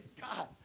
God